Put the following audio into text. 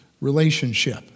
relationship